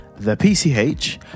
thepch